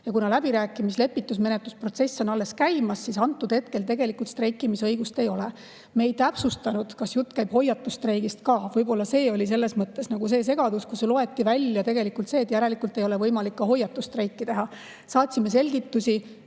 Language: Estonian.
Ja kuna läbirääkimis-, lepitusmenetluse protsess on alles käimas, siis praegu tegelikult streikimisõigust ei ole. Me ei täpsustanud, kas jutt käib ka hoiatusstreigist, võib-olla see oli selles mõttes segadus ja sellest loeti välja, et järelikult ei ole võimalik ka hoiatusstreiki teha. Saatsime selgitusi,